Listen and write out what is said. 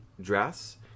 dress